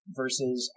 versus